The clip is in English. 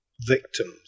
victims